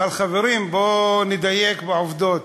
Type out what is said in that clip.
אבל, חברים, בואו ונדייק בעובדות.